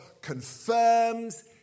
confirms